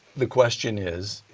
the question is,